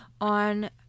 on